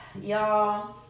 y'all